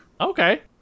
okay